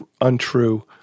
untrue